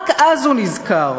רק אז הוא נזכר.